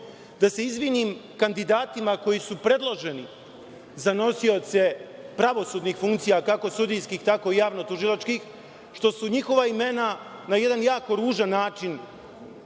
da se izvinim kandidatima koji su predloženi za nosioce pravosudnih funkcija, kako sudijskih tako i javnotužilačkih, što su njihova imena na jedan jako ružan način